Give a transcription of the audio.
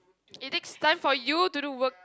it takes time for you to do work